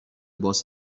باز